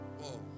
whoa